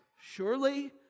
surely